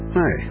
hi